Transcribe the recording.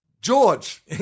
George